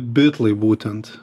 bitlai būtent